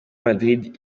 madrid